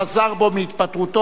חזר בו מהתפטרותו,